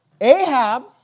Ahab